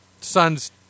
son's